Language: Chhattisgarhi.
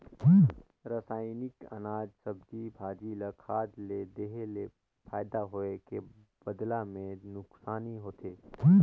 रसइनिक अनाज, सब्जी, भाजी ल खाद ले देहे ले फायदा होए के बदला मे नूकसानी होथे